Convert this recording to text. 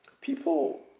People